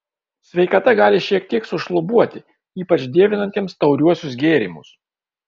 sveikata gali šiek tiek sušlubuoti ypač dievinantiems tauriuosius gėrimus